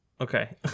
Okay